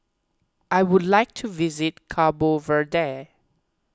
I would like to visit Cabo Verde